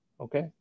Okay